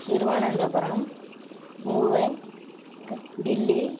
திருவனந்தபுரம் மூவை க டெல்லி